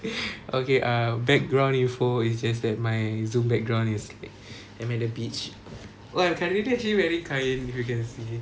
okay uh background info is just that my zoom background is I'm at a beach !wah! currently actually wearing kain if you can see